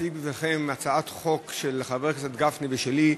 להציג בפניכם הצעת חוק של חבר הכנסת גפני ושלי,